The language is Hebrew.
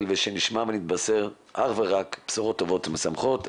ושנשמע ונתבשר אך ורק בשורות טובות ומשמחות.